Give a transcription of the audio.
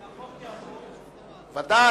החוק יעבור, ודאי.